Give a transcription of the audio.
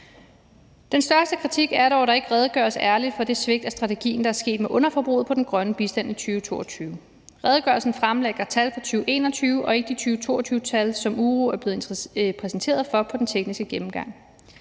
Den største kritik er dog, at der ikke redegøres ærligt for det svigt af strategien, der er sket med underforbruget af den grønne bistand i 2022. Redegørelsen fremlægger tal for 2021 og ikke de 2022-tal, som Udenrigsudvalget er blevet præsenteret for under den tekniske gennemgang.